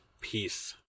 Peace